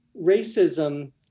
racism